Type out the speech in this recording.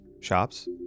shops